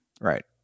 right